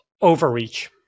overreach